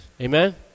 Amen